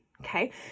Okay